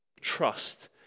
Trust